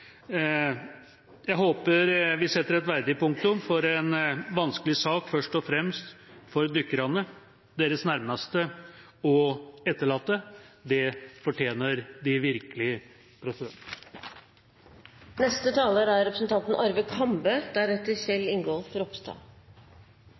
Jeg håper vi setter et verdig punktum for en vanskelig sak, først og fremst for dykkerne, deres nærmeste og etterlatte. Det fortjener de virkelig. Dette er